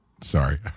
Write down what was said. sorry